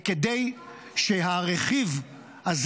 וכדי שהרכיב הזה,